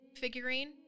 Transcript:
figurine